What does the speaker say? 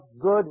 good